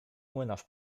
młynarz